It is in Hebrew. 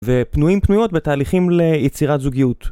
ופנויים פנויות בתהליכים ליצירת זוגיות